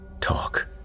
Talk